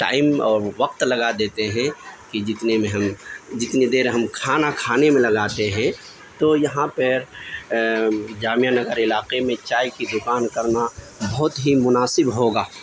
time اور وقت لگا دیتے ہیں کہ جتنے میں ہم جتنے دیر ہم کھانا کھانے میں لگاتے ہیں تو یہاں پہ جامعہ نگر علاقے میں چائے کی دوکان کرنا بہت ہی مناسب ہوگا